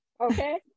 okay